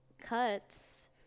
cuts